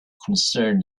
concerned